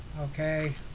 okay